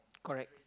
correct